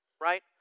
right